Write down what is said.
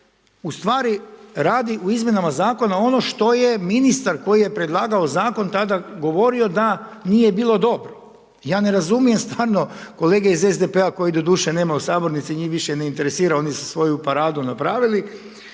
ustvari radi u izmjenama Zakona ono što je ministar koji je predlagao zakon tada govorio da nije bilo dobro. Ja ne razumijem stvarno kolege iz SDP-a kojih doduše nema u sabornici, njih više ne interesira, oni su svoju paradu napravili,